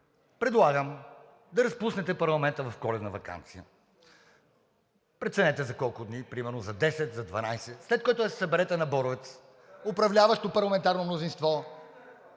предлагам да разпуснете парламента в коледна ваканция. Преценете за колко дни – примерно за 10, за 12, след което да се съберете на Боровец: управляващо парламентарно мнозинство,